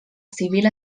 civil